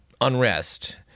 unrest